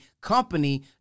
company